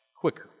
quicker